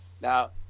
Now